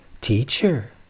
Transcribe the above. teacher